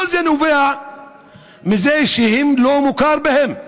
כל זה נובע מזה שהם לא מוכרים.